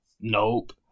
nope